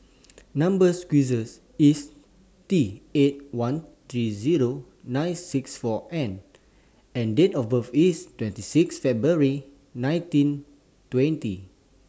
Number sequence IS T eight one three Zero nine six four N and Date of birth IS twenty six February nineteen twenty